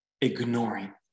ignoring